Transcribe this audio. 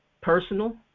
personal